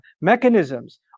mechanisms